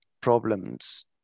problems